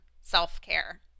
self-care